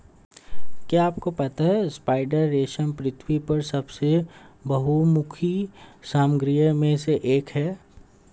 क्या आपको पता है स्पाइडर रेशम पृथ्वी पर सबसे बहुमुखी सामग्रियों में से एक है?